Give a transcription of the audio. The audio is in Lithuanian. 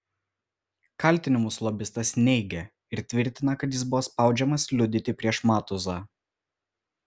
kaltinimus lobistas neigia ir tvirtina kad jis buvo spaudžiamas liudyti prieš matuzą